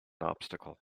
obstacle